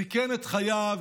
סיכן את חייו,